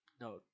no